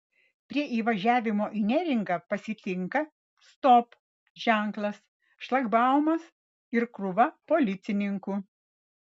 prie įvažiavimo į neringą pasitinka stop ženklas šlagbaumas ir krūva policininkų